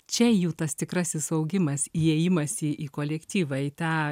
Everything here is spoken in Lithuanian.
čia jų tas tikrasis augimas įėjimas į į kolektyvą į tą